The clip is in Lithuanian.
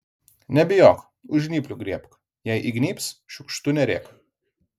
nebijok už žnyplių griebk jei įgnybs šiukštu nerėk